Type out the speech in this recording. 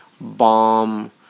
bomb